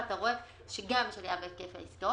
ואתה רואה שגם אם יש עלייה בהיקף העסקאות,